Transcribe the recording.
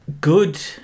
Good